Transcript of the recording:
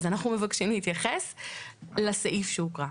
אנחנו מבקשים להתייחס לסעיף שהוקרא.